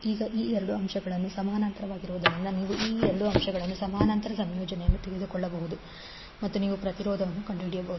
ಈಗ ಈ ಎರಡು ಅಂಶಗಳು ಸಮಾನಾಂತರವಾಗಿರುವುದರಿಂದ ನೀವು ಈ ಎರಡು ಅಂಶಗಳ ಸಮಾನಾಂತರ ಸಂಯೋಜನೆಯನ್ನು ತೆಗೆದುಕೊಳ್ಳಬಹುದು ಮತ್ತು ನೀವು ಪ್ರತಿರೋಧವನ್ನು ಕಂಡುಹಿಡಿಯಬಹುದು